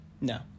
No